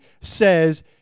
says